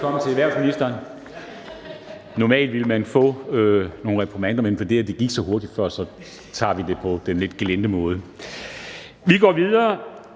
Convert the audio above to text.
vi gå videre